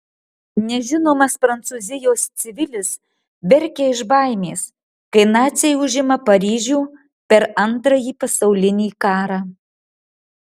nežinomas prancūzijos civilis verkia iš baimės kai naciai užima paryžių per antrąjį pasaulinį karą